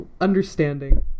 understanding